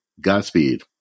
Godspeed